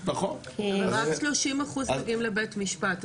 אבל רק שלושים אחוז מגיעים לבית משפט,